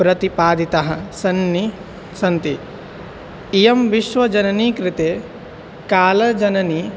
प्रतिपादिताः सन्ति सन्ति इयं विश्वजननी कृते कालजननी